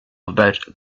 about